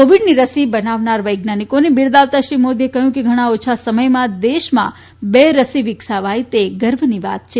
કોવિડની રસી બનાવનાર વૈજ્ઞાનિકોને બિરદાવતા શ્રી મોદીએ કહ્યું કે ઘણા ઓછા સમયમાં દેશમાં બે રસી વિકસાવાઇ તે ગર્વની વાત છે